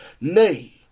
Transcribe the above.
Nay